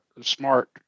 Smart